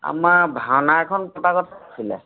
আমাৰ ভাওনা এখন পতা কথা আছিলে